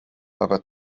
aga